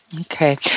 Okay